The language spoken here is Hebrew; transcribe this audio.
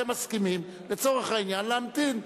אתם מסכימים לצורך העניין להמתין,